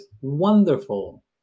wonderful